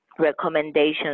recommendations